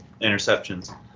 interceptions